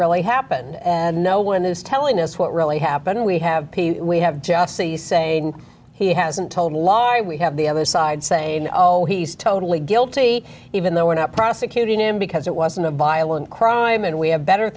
really happened and no one is telling us what really happened we have we have just the saying he hasn't told laurie we have the other side saying oh he's totally guilty even though we're not prosecuting him because it wasn't a violent crime and we have better